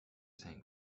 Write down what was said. saint